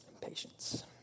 Patience